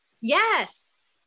Yes